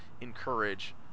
encourage